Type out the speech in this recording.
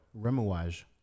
remouage